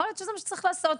יכול להיות שזה מה שצריך לעשות.